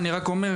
אני רק אומר,